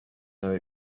know